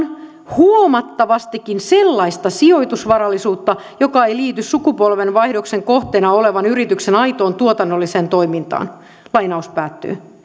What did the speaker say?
huomattavastikin sellaista sijoitusvarallisuutta joka ei liity sukupolvenvaihdoksen kohteena olevan yrityksen aitoon tuotannolliseen toimintaan